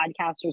podcasters